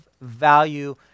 value